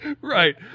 Right